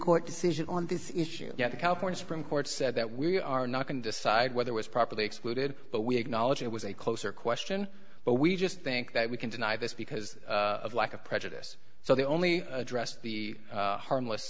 court decision on this issue yet the california supreme court said that we are not going to decide whether was properly excluded but we acknowledge it was a closer question but we just think that we can deny this because of lack of prejudice so the only address the harmless